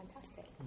fantastic